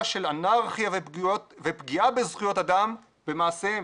של אנרכיה ופגיעה בזכויות אדם במעשיהם'.